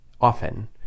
often